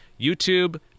YouTube